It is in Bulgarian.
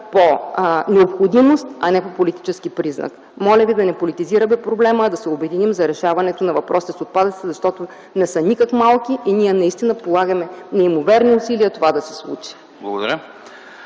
по необходимост, а не по политически признак. Моля ви да не политизираме проблема, а да се обединим за решаването на въпроса с отпадъците, защото не са никак малко и ние наистина полагаме неимоверни усилия това да се случи.